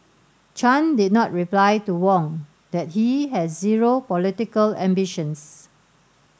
chan did not reply to Wong that he has zero political ambitions